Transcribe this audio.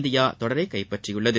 India தொடரை கைப்பற்றியுள்ளது